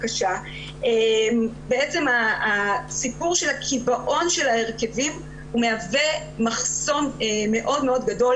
בעצם הסיפור של הקיבעון של ההרכבים מהווה מחסום מאוד גדול